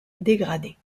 dégradée